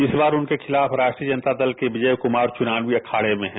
इस बार उनके खिलाफ राष्ट्रीय जनता दल के विजय कुमार चुनावी अखाडे में हैं